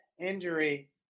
injury